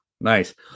Nice